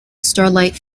starlight